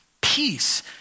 peace